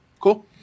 Cool